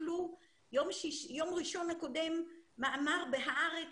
ביום ראשון הקודם התפרסם מאמר ב"הארץ",